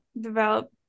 develop